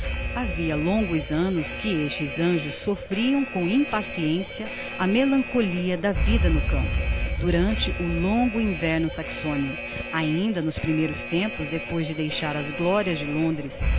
havia longos annos que estes anjos soffriam com impaciencia a melancholia da vida do campo durante o longo inverno saxonio ainda nos primeiros tempos depois de deixar as glorias de londres